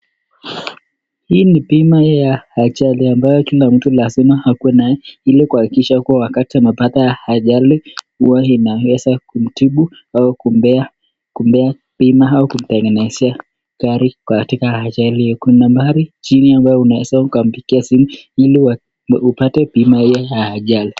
Hii ni bima ya ajali ambayo lazima kila mtu akuwe nayo ili kuhakikisha wakati anapata ajali huwa inaweza kumtibu au kumpea bima au kumtengenezea gari katika ajali hiyo. Kuna nambari chini ambapo unaweza ukampigia simu ili upate bima hiyo ya ajali.